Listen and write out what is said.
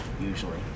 usually